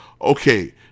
okay